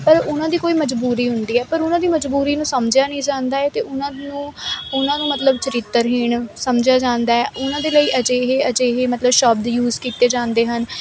ਪਰ ਉਹਨਾਂ ਦੀ ਕੋਈ ਮਜਬੂਰੀ ਹੁੰਦੀ ਹੈ ਪਰ ਉਹਨਾਂ ਦੀ ਮਜਬੂਰੀ ਨੂੰ ਸਮਝਿਆ ਨਹੀਂ ਜਾਂਦਾ ਤੇ ਉਹਨਾਂ ਨੂੰ ਉਹਨਾਂ ਨੂੰ ਮਤਲਬ ਚਰਿੱਤਰਹੀਣ ਸਮਝਿਆ ਜਾਂਦਾ ਉਹਨਾਂ ਦੇ ਲਈ ਅਜਿਹੇ ਅਜਿਹੇ ਮਤਲਬ ਸ਼ਬਦ ਯੂਜ ਕੀਤੇ ਜਾਂਦੇ ਹਨ